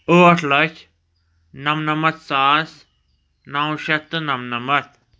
ٲٹھ لَچھ نَمنَمَتھ ساس نَو شَتھ تہٕ نَمنَمَتھ